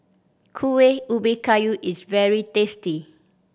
Kuih Ubi Kayu is very tasty